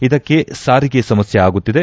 ಇದಕ್ಕೆ ಸಾರಿಗೆ ಸಮಸ್ಕೆ ಆಗುತ್ತಿದೆ